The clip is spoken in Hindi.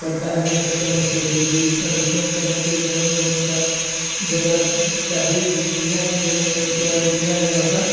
पड़ता है बिजनेस करने के लिए बिजनेस करने के लिए जमीन उमिन का जगह चाहिए क्योंकि बिना जमीन उमिन का बिना जगह का